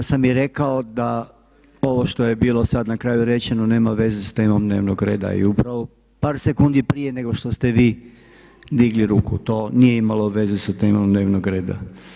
Ja sam i rekao da ovo što je bilo sada na kraju rečeno nema veze sa temom dnevnog reda i upravo par sekundi prije nego što ste vi digli ruku, to nije imalo veze sa temom dnevnog reda.